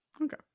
Okay